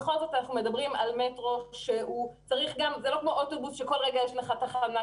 בכל זאת אנחנו מדברים על מטרו שהוא לא כמו אוטובוס שכל רגע יש לך תחנה.